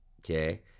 Okay